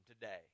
today